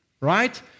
right